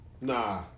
Nah